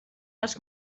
les